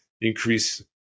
increase